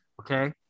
Okay